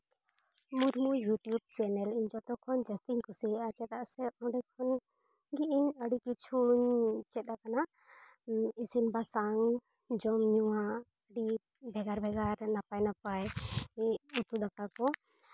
Murmu YouTube channel ᱡᱚᱛᱚ ᱠᱷᱚᱱ ᱡᱟᱹᱥᱛᱤᱧ ᱠᱩᱥᱤᱭᱟᱜᱼᱟ ᱪᱮᱫᱟᱜ ᱥᱮ ᱚᱸᱰᱮ ᱠᱷᱚᱱᱜᱮ ᱤᱧ ᱟᱹᱰᱤ ᱠᱤᱪᱷᱩᱧ ᱪᱮᱫ ᱟᱠᱟᱱᱟ ᱤᱥᱤᱱ ᱵᱟᱥᱟᱝ ᱡᱚᱢᱼᱧᱩᱣᱟᱜ ᱟᱹᱰᱤ ᱵᱷᱮᱜᱟᱨ ᱵᱷᱮᱜᱟᱨ ᱱᱟᱯᱟᱭ ᱱᱟᱯᱟᱭ ᱩᱛᱩ ᱫᱟᱠᱟ ᱠᱚ